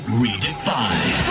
redefined